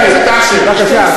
זאת השאלה.